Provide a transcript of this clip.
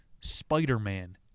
Spider-Man